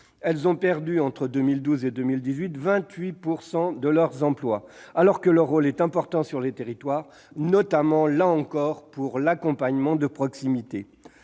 elles ont perdu 28 % de leurs emplois alors que leur rôle est important sur les territoires, notamment pour l'accompagnement de proximité.